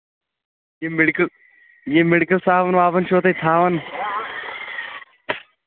یِم میٚڈکل یِم میڈکل صابن وابن چھِوا تُہۍ تھاوان